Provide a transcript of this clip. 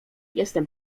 jestem